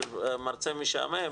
שמרצה משעמם?